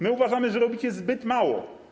My uważamy, że robicie zbyt mało.